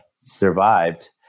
survived